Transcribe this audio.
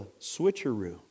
switcheroo